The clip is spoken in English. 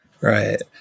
Right